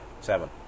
Seven